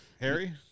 Harry